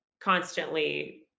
constantly